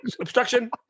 Obstruction